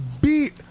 beat